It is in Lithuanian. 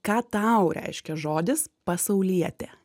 ką tau reiškia žodis pasaulietė